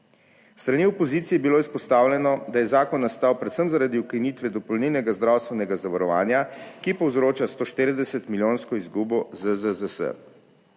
strani opozicije je bilo izpostavljeno, da je zakon nastal predvsem zaradi ukinitve dopolnilnega zdravstvenega zavarovanja, ki povzroča 140-milijonsko izgubo ZZZS.